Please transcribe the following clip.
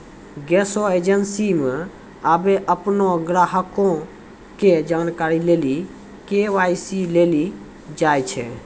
गैसो एजेंसी मे आबे अपनो ग्राहको के जानकारी लेली के.वाई.सी लेलो जाय छै